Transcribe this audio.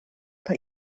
per